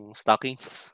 stockings